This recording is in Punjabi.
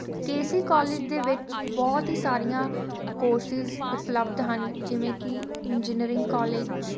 ਕੇ ਸੀ ਕੋਲਜ ਦੇ ਵਿੱਚ ਬਹੁਤ ਹੀ ਸਾਰੀਆਂ ਕੋਰਸਿਸ਼ ਉਪਲਬਧ ਹਨ ਜਿਵੇਂ ਕਿ ਇੰਜੀਨੀਅਰਿੰਗ ਕੋਲਜ